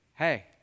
Hey